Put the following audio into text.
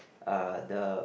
uh the